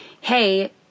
hey